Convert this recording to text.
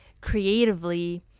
creatively